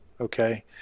okay